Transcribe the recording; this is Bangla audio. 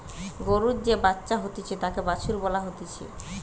গরুর যে বাচ্চা হতিছে তাকে বাছুর বলা হতিছে